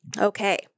Okay